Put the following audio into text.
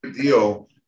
deal